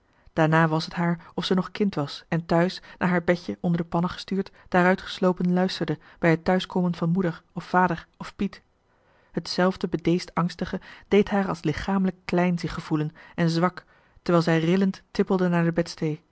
daarna was het haar of ze nog johan de meester de zonde in het deftige dorp kind was en thuis naar haar bedje onder de pannen gestuurd daaruitgeslopen luisterde bij het thuiskomen van moeder of vader of piet hetzelfde bedeesd angstige deed haar zich als lichamelijk kleingevoelen en zwak terwijl zij rillend tippelde naar de